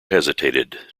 hesitated